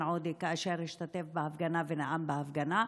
עודה כאשר השתתף בהפגנה ונאם בהפגנה.